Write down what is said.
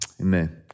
amen